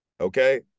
Okay